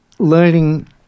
Learning